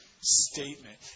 statement